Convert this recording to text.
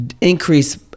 increase